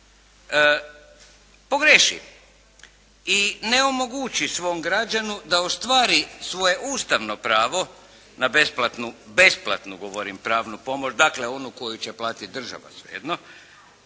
pogriješi i ne omogući svom građanu da ostvari svoje ustavno pravo ne besplatnu govorim pravnu pomoć, dakle onu koju će platiti država sve jedno